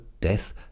death